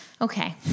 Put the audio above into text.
Okay